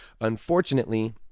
Unfortunately